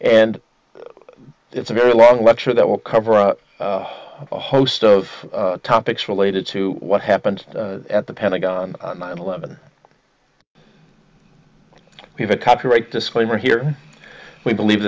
and it's a very long lecture that will cover up a host of topics related to what happened at the pentagon on nine eleven p the copyright disclaimer here we believe